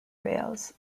whales